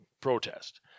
protest